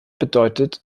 bedeutet